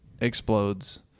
explodes